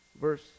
Verse